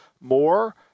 more